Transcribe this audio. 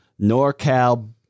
NorCal